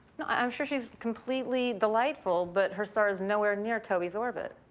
no, i'm sure she's completely delightful, but her star is nowhere near toby's orbit.